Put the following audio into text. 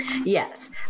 Yes